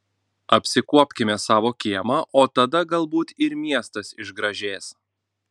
apsikuopkime savo kiemą o tada galbūt ir miestas išgražės